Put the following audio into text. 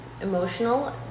emotional